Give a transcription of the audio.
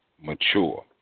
mature